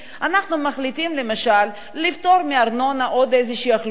אנחנו מחליטים למשל לפטור מארנונה עוד איזושהי אוכלוסייה,